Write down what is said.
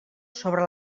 sobre